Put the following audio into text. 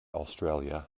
australia